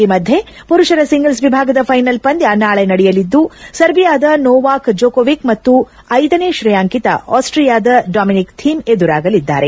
ಈ ಮಧ್ಯ ಪುರುಷರ ಸಿಂಗಲ್ಸ್ ವಿಭಾಗದ ಫೈನಲ್ ಪಂದ್ಯ ನಾಳೆ ನಡೆಯಲಿದ್ದು ಸರ್ಬಿಯಾದ ನೊವಾಕ್ ಜೊಕೊವಿಕ್ ಮತ್ತು ಐದನೇ ಶ್ರೇಯಾಂಕಿತ ಆಸ್ವೀಯಾದ ಡಾಮಿನಿಕ್ ಧೀಮ್ ಎದುರಾಗಲಿದ್ದಾರೆ